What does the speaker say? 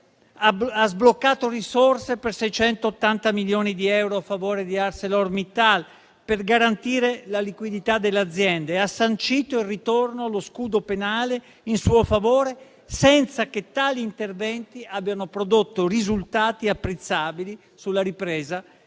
ha sbloccato risorse per 680 milioni di euro a favore di ArcelorMittal, per garantire la liquidità dell'azienda e ha sancito il ritorno dello scudo penale in suo favore, senza che tali interventi abbiano prodotto risultati apprezzabili sulla ripresa